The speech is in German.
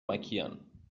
markieren